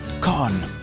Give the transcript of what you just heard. Con